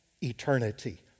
eternity